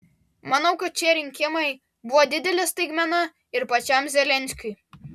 manau kad šie rinkimai buvo didelė staigmena ir pačiam zelenskiui